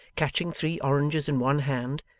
catching three oranges in one hand,